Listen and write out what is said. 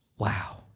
Wow